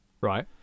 Right